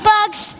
Bugs